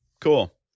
cool